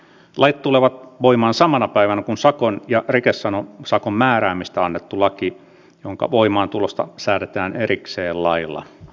lait tulevat voimaan samana päivänä kuin sakon ja rikesakon määräämisestä annettu laki jonka voimaantulosta säädetään erikseen lailla